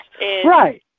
Right